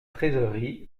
trésorerie